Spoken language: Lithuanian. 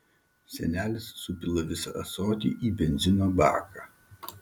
senelis supila visą ąsotį į benzino baką